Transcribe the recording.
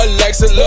Alexa